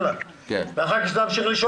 אתמול נפגשתי עם